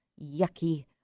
yucky